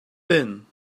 been